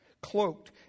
Cloaked